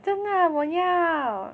真的我要